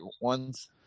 ones